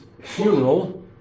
funeral